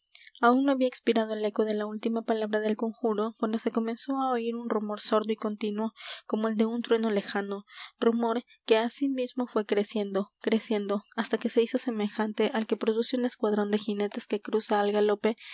aún no había expirado el eco de la última palabra del conjuro cuando se comenzó á oir un rumor sordo y continuo como el de un trueno lejano rumor que asimismo fué creciendo creciendo hasta que se hizo semejante al que produce un escuadrón de jinetes que cruza al galope